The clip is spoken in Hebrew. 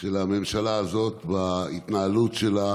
של הממשלה הזאת בהתנהלות שלה